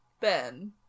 Ben